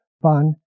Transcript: fun